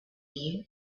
you